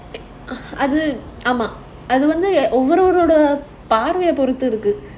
ah அது வந்து ஒவ்வொருவருடைய பார்வையை பொறுத்து இருக்கு:adhu vandhu ovvoruvarudaiya paarvaiya poruthu irukuthu